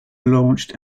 launched